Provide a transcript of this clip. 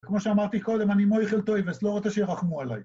וכמו שאמרתי קודם, אני מויחל טויבס, לא רוצה שירחמו עליי.